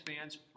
fans